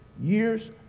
years